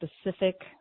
specific